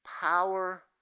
power